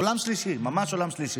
עולם שלישי, ממש עולם שלישי.